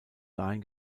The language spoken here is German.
dahin